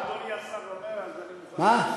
אדוני השר אומר, מה?